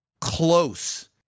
close